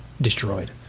destroyed